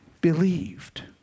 believed